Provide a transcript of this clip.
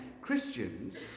Christians